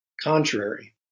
contrary